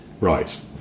Right